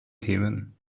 themen